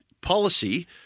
policy